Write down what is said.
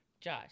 josh